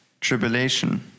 tribulation